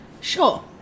sure